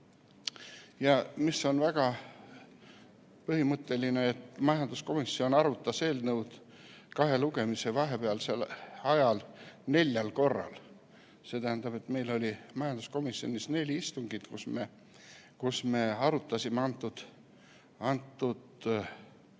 Ja mis on väga põhimõtteline: majanduskomisjon arutas eelnõu kahe lugemise vahelisel ajal neljal korral. See tähendab, et meil oli majanduskomisjonis neli istungit, kus me arutasime selle